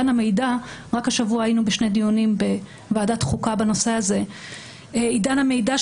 רק השבוע היינו בשני דיונים בוועדת החוקה בנושא עידן המידע,